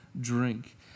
drink